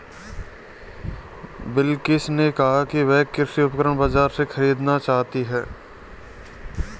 बिलकिश ने कहा कि वह कृषि उपकरण बाजार से खरीदना चाहती है